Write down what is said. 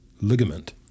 ligament